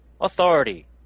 Authority